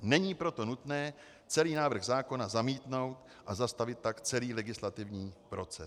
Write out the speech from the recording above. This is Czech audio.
Není proto nutné celý návrh zákona zamítnout a zastavit tak celý legislativní proces.